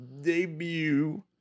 debut